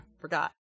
Forgot